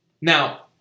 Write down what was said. Now